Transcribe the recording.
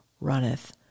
runneth